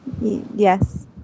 Yes